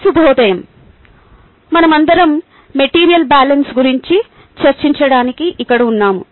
శుభోదయం మనమందరం material balance గురించి చర్చించడానికి ఇక్కడ ఉన్నాము